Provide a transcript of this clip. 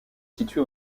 situé